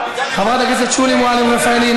חברת הכנסת שולי מועלם רפאלי,